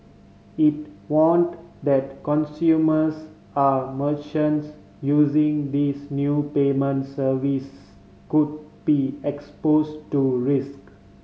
it warned that consumers are merchants using these new payment services could be expose to risk